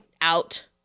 out